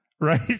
right